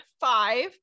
five